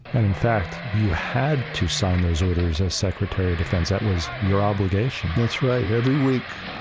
and in fact, you had to sign those orders as secretary of defense. that was your obligation. that's right, every week,